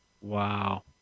Wow